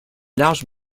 large